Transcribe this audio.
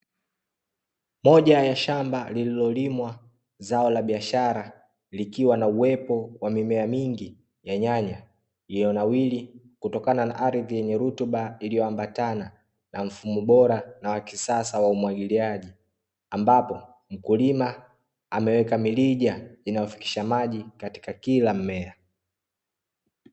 Moja ya shamba lililolimwa zao la biashara, likiwa na uwepo wa mimea mingi ya nyanya, iliyonawiri kutokana na ardhi yenye rutuba iliyoambatana na mfumo bora na wa kisasa wa umwagiliaji, ambapo mkulima ameweka mirija inayofikisha maji katika kila mmea.